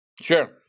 sure